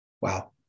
Wow